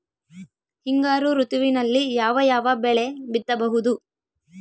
ಹಿಂಗಾರು ಋತುವಿನಲ್ಲಿ ಯಾವ ಯಾವ ಬೆಳೆ ಬಿತ್ತಬಹುದು?